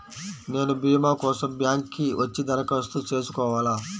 నేను భీమా కోసం బ్యాంక్కి వచ్చి దరఖాస్తు చేసుకోవాలా?